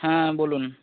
হ্যাঁ বলুন